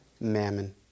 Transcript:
Mammon